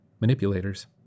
Manipulators